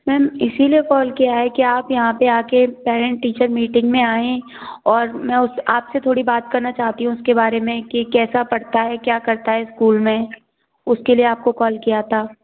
ma'am इसी लिए किया है कि आप यहाँ पर आ कर पैरेंट टीचर मीटिंग में आएं और मैं उस आप से थोड़ी बात करना चाहती हूँ उसके बारे में कि कैसा पढ़ता है क्या करता है ईस्कूल में उसके लिए आपको कौल किया था